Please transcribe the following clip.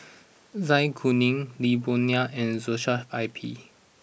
Zai Kuning Lee Boon Ngan and Joshua I P